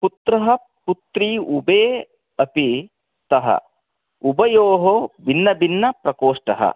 पुत्र पुत्री उभे अपि स्थः उभयो भिन्न भिन्न प्रकोष्ठ